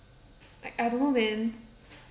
like I don't know man